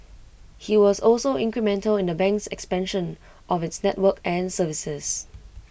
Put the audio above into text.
he was also incremental in the bank's expansion of its network and services